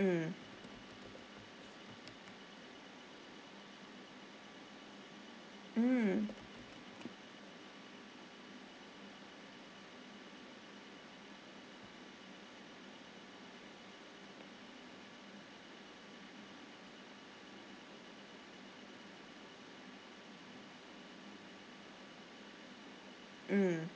mm mmhmm mm